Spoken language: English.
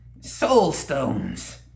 Soulstones